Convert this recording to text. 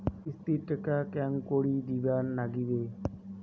কিস্তির টাকা কেঙ্গকরি দিবার নাগীবে?